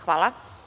Hvala.